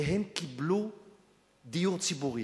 והם קיבלו דיור ציבורי,